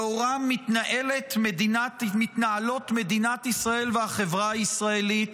שלאורם מתנהלות מדינת ישראל והחברה הישראלית,